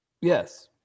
Yes